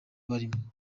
barimo